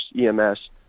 EMS